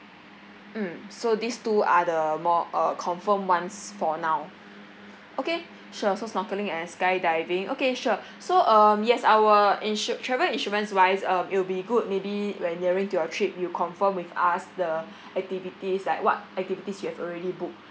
mm so these two are the more uh confirmed ones for now okay sure so snorkelling and skydiving okay sure so um yes our insu~ travel insurance wise um it'll be good maybe when nearing to your trip you confirm with us the activities like what activities you have already booked